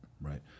Right